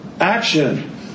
Action